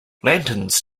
lanterns